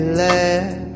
laugh